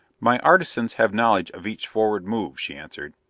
my artisans have knowledge of each forward move, she answered.